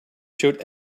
showed